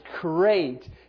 great